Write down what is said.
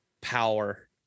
power